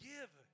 Give